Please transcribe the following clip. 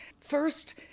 First